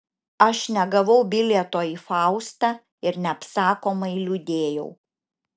aš negavau bilieto į faustą ir neapsakomai liūdėjau